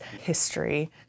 history